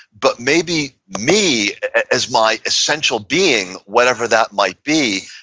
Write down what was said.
but maybe me as my essential being, whatever that might be,